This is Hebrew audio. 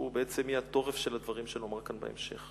שהוא בעצם יהיה תורף הדברים שאני אומר כאן בהמשך.